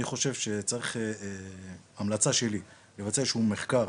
אני חושב שצריך המלצה שלי, לבצע איזשהו מחקר